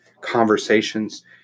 conversations